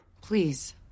Please